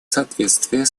соответствии